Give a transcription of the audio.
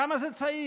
כמה זה צעיר?